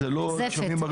זפת.